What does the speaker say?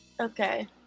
Okay